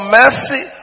mercy